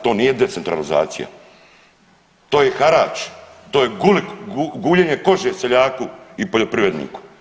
To nije decentralizacija, to je harač, to je guljenje kože seljaku i poljoprivredniku.